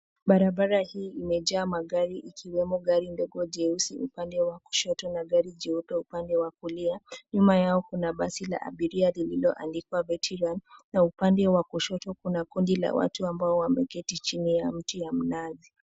Barabara hii imejaa magari ikiwemo gari ndogo jeusi upande wa kushoto na gari jeupe upande wa kulia. Nyuma yake kuna basi la abiria lilioandikwa Vetiron na upande wa kushoto kuna kundi la watu ambao wameketi chini ya mti ya mnazi.